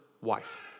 wife